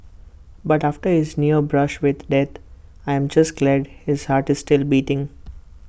but after his near brush with death I'm just glad his heart is still beating